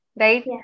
right